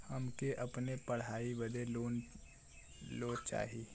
हमके अपने पढ़ाई बदे लोन लो चाही?